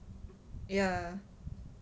ya